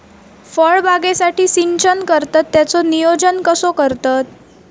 फळबागेसाठी सिंचन करतत त्याचो नियोजन कसो करतत?